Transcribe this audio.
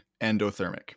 endothermic